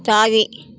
தாவி